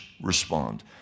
respond